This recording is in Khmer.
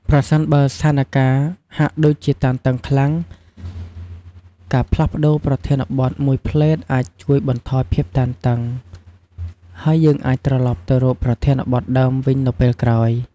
ប្រសិនបើស្ថានការណ៍ហាក់ដូចជាតានតឹងខ្លាំង ការផ្លាស់ប្តូរប្រធានបទមួយភ្លែតអាចជួយបន្ថយភាពតានតឹង ហើយយើងអាចត្រឡប់ទៅរកប្រធានបទដើមវិញនៅពេលក្រោយ។